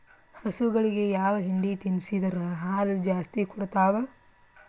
ಹಸುಗಳಿಗೆ ಯಾವ ಹಿಂಡಿ ತಿನ್ಸಿದರ ಹಾಲು ಜಾಸ್ತಿ ಕೊಡತಾವಾ?